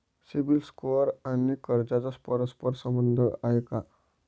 CIBIL score आणि कर्जाचा परस्पर संबंध आहे का?